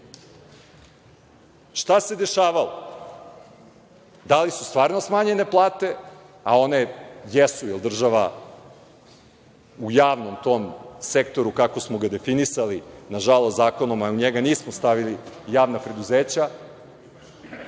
Šta se dešavalo? Da li su stvarno smanjene plate, a one jesu jer država u javnom sektoru, kako smo ga definisali, nažalost, zakonom, jer u njega nismo stavili javna